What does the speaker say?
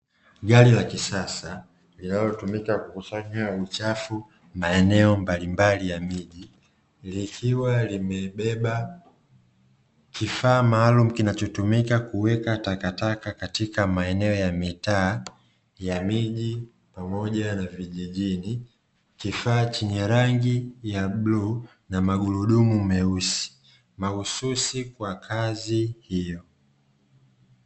Gari la kisasa linalotumika kukusanya uchafu maeneo mbalimbali ya miji, likiwa limebeba kifaa maalumu kinachotumika kuweka takataka katika maeneo ya mitaa ya moji pamoja na vijijini. Kifaa chenye rangi ya bluu na magurudumu meusi mahususi kwa kazi hiyo.